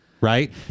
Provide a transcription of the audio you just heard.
right